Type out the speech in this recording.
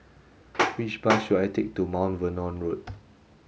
which bus should I take to Mount Vernon Road